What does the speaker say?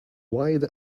wide